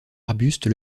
arbustes